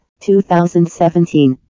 2017